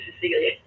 Cecilia